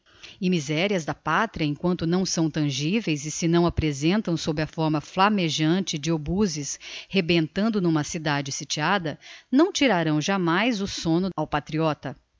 e miserias da patria emquanto não são tangiveis e se não apresentam sob a fórma flammejante de obuzes rebentando n'uma cidade sitiada não tirarão jámais o somno ao patriota